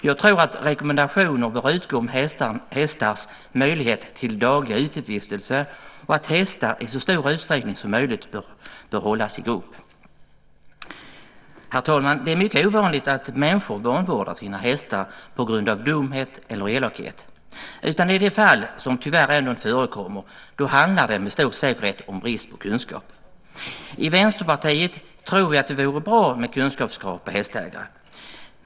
Jag tror att rekommendationer bör utgå om hästars möjlighet till daglig utevistelse och om att hästar i så stor utsträckning som möjligt bör hållas i grupp. Herr talman! Det är mycket ovanligt att människor vanvårdar sina hästar på grund av dumhet eller elakhet. I de fall som vanvård tyvärr ändå förekommer handlar det med stor säkerhet om brist på kunskap. I Vänsterpartiet tror vi att det vore bra med kunskapskrav på hästägare.